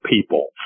people